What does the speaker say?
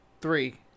Three